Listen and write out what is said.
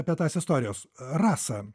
apie tas istorijos rasa